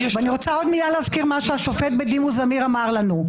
אני רוצה בעוד מילה להזכיר את מה שהשופט בדימוס זמיר אמר לנו.